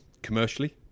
commercially